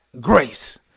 grace